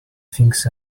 things